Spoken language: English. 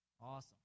awesome